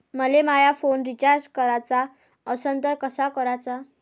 मले माया phone recharge कराचा असन तर कसा कराचा?